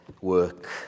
work